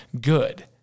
good